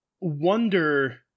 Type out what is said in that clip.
wonder